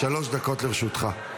שלוש דקות לרשותך.